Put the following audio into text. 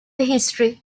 history